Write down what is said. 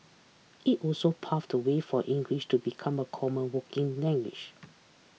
it also paved the way for English to become a common working language